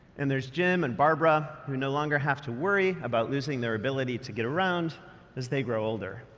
and there's jim and barbara, who no longer have to worry about losing their ability to get around as they grow older.